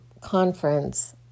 conference